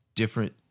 Different